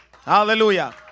Hallelujah